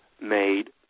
made